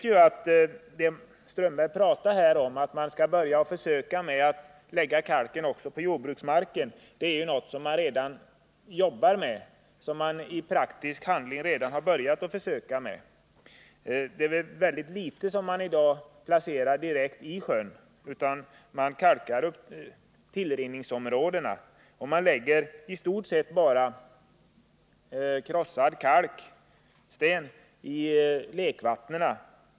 Håkan Strömberg säger att man skall försöka lägga kalken också på jordbruksmarken. Det är ju något som man redan jobbar med, något som man i praktisk handling redan börjat försöka med. Det är väldigt litet som man i dag placerar direkt i sjön — man kalkar tillrinningsområdena och lägger istort sett bara krossad kalksten i lekvattnen.